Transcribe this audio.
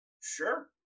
Sure